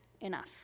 enough